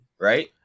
Right